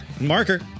Marker